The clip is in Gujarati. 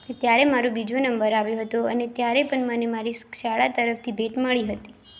ત્યારે મારો બીજો નંબર આવ્યો હતો અને ત્યારે પણ મને મારી શાળા તરફથી ભેટ મળી હતી